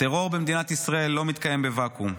הטרור במדינת ישראל לא מתקיים בוואקום,